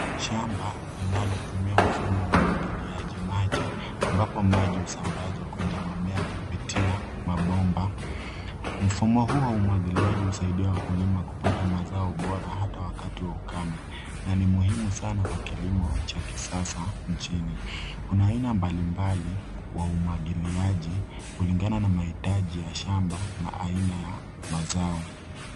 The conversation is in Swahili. Shamba kubwa la mahindi limepandwa kwa mpangilio mzuri mimea ya kijani kibichi ikitanda hadi mbali. Udongo umeandaliwa kwa uangalifu na mimea iko katika hali nzuri ya ukuaji. Anga ni safi. Mandhari yote ni ya juhudi kubwa ya kilimo cha kisasa na mazingira yenye rutuba.